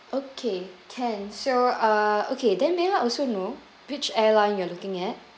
okay can so uh okay then may I also know which airline you are looking at